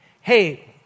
hey